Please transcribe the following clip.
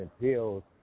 Pills